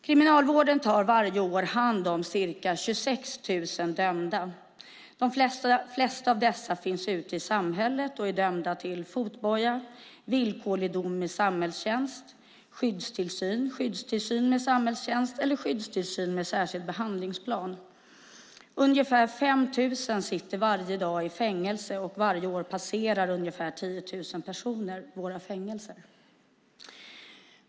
Kriminalvården tar varje år hand om ca 26 000 dömda. De flesta av dessa finns ute i samhället och är dömda till fotboja, villkorlig dom med samhällstjänst, skyddstillsyn, skyddstillsyn med samhällstjänst eller skyddstillsyn med särskild behandlingsplan. Ungefär 5 000 sitter varje dag i fängelse, och varje år passerar ungefär 10 000 personer våra fängelser.